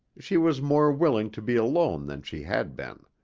she was more willing to be alone than she had been.